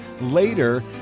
later